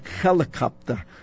helicopter